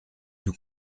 nous